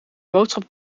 boodschap